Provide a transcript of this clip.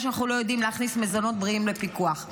שאנחנו לא יודעים להכניס מזונות בריאים לפיקוח,